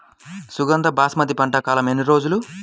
సుగంధ బాస్మతి పంట కాలం ఎన్ని రోజులు?